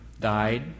died